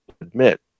admit